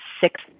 six